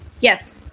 Yes